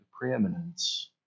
preeminence